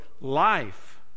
life